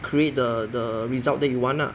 create the the result that you want lah